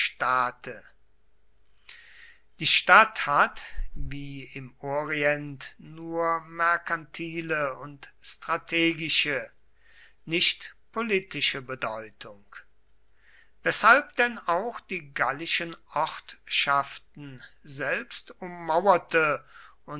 die stadt hat wie im orient nur merkantile und strategische nicht politische bedeutung weshalb denn auch die gallischen ortschaften selbst ummauerte